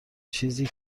چیزی